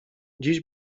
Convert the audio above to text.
dziś